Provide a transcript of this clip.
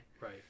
Right